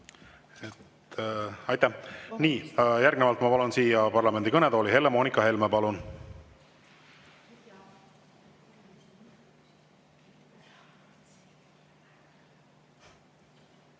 Aitäh! Aitäh! Järgnevalt ma palun siia parlamendi kõnetooli Helle-Moonika Helme. Palun!